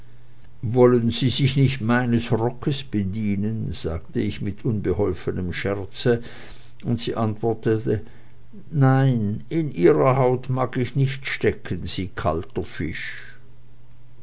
wollen sie sich nicht meines rockes bedienen sagte ich mit unbeholfenem scherze und sie antwortete nein in ihrer haut mag ich nicht stecken sie kalter fisch